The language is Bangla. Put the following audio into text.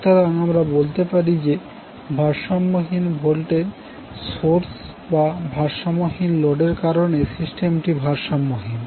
সুতরাং আমরা বলতে পারি যে ভারসাম্যহীন ভোল্টেজ সোর্স বা ভারসাম্যহীন লোডের কারনে সিস্টেমটি ভারসাম্যহীন